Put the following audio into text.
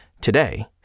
Today